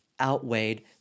outweighed